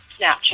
Snapchat